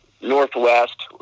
Northwest